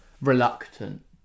reluctant